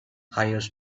hires